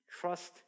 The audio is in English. Trust